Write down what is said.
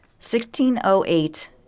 1608